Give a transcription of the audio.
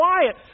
quiet